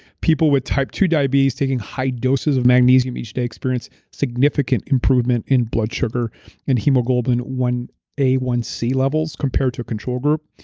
people with type two diabetes taking high doses of magnesium each day experience significant improvement in blood sugar and hemoglobin a one c levels compared to a control group.